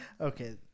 Okay